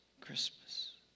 christmas